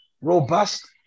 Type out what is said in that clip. robust